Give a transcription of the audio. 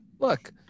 Look